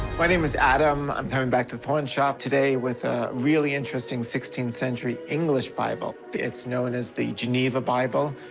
my name is adam. i'm heading back to the pawn shop today with a really interesting sixteenth century english bible. it's known as the geneva bible.